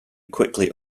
quickly